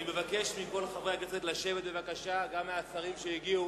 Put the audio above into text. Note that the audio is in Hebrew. אני מבקש מכל חברי הכנסת לשבת, גם מהשרים שהגיעו.